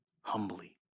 humbly